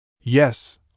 Yes